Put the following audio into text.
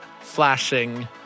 flashing